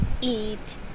eat